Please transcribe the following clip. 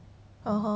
(uh huh)